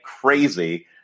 crazy